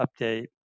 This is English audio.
update